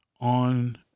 on